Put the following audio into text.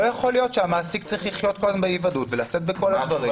לא יכול להיות שהמעסיק צריך לחיות כל יום באי וודאות ולשאת בכל הדברים.